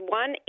one